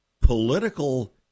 political